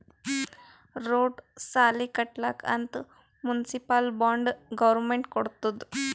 road, ಸಾಲಿ ಕಟ್ಲಕ್ ಅಂತ್ ಮುನ್ಸಿಪಲ್ ಬಾಂಡ್ ಗೌರ್ಮೆಂಟ್ ಕೊಡ್ತುದ್